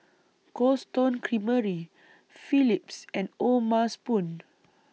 Cold Stone Creamery Phillips and O'ma Spoon